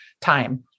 time